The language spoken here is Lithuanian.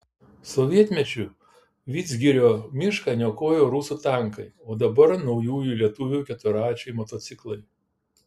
sovietmečiu vidzgirio mišką niokojo rusų tankai o dabar naujųjų lietuvių keturračiai motociklai